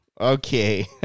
Okay